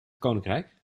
koninkrijk